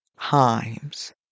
times